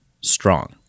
strong